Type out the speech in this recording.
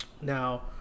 now